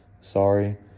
sorry